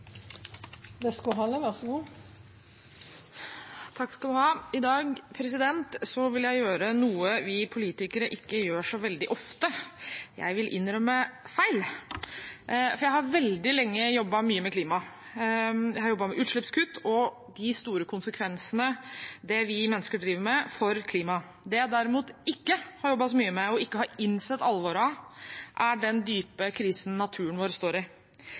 I dag vil jeg gjøre noe vi politikere ikke gjør så veldig ofte; jeg vil innrømme feil. Jeg har jobbet mye med klima veldig lenge. Jeg har jobbet med utslippskutt og de store konsekvensene av det vi mennesker driver med, for klimaet. Det jeg derimot ikke har jobbet så mye med, og ikke innsett alvoret av, er den dype krisen naturen vår står i.